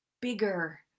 bigger